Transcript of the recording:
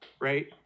right